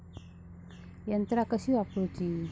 यंत्रा कशी वापरूची?